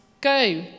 Go